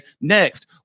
next